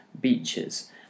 beaches